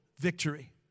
victory